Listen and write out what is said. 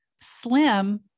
slim